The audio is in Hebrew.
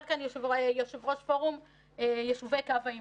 כאן יושב-ראש פורום יישובי קו העימות.